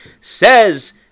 Says